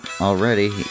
already